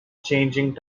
changing